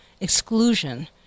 exclusion